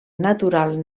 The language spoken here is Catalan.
natural